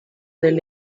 del